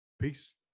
Peace